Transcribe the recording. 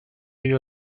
you